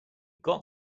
got